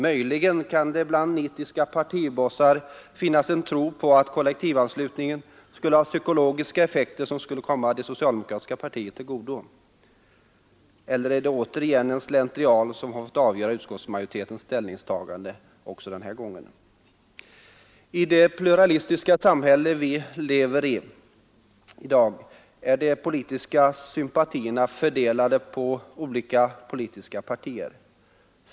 Möjligen kan det bland nitiska partibossar finnas en tro på att kollektivanslutningen skulle ha psykologiska effekter som skulle komma det socialdemokratiska partiet till godo. Eller är det en slentrian som har fått avgöra utskottsmajoritetens ställningstagande också den här gången? I det pluralistiska samhälle vi i dag lever i är de politiska sympatierna fördelade på olika politiska partier.